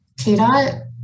KDOT